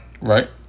Right